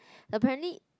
apparently